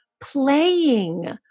playing